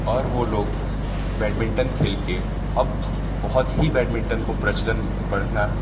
और वो लोग बैडमिंटन खेल के अब बहुत ही बैडमिंटन को प्रचलन बढ़ना